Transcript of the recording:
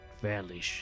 fairly